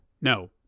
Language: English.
no